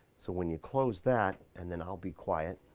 so when you close that and then i'll be quiet,